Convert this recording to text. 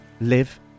live